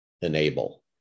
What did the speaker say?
enable